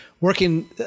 working